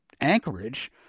Anchorage